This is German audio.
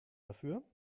dafür